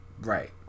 Right